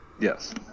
Yes